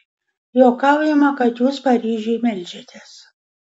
juokaujama kad jūs paryžiui meldžiatės